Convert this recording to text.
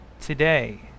today